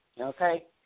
okay